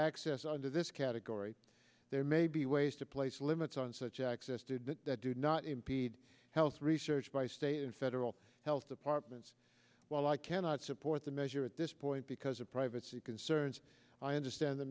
access under this category there may be ways to place limits on such access to that do not impede health research by state and federal health departments while i cannot support the measure at this point because of privacy concerns i understand th